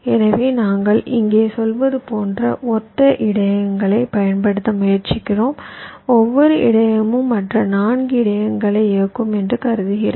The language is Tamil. எனவே நாங்கள் இங்கே சொல்வது போன்ற ஒத்த இடையகங்களைப் பயன்படுத்த முயற்சிக்கிறோம் ஒவ்வொரு இடையகமும் மற்ற 4 இடையகங்களை இயக்கும் என்று கருதுகிறேன்